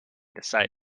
decided